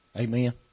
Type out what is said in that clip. Amen